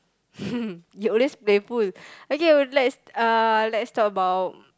you always playful okay let's uh let's talk about